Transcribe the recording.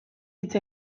hitz